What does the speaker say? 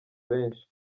benshi